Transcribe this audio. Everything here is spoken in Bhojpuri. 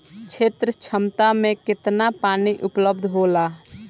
क्षेत्र क्षमता में केतना पानी उपलब्ध होला?